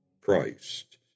Christ